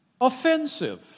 offensive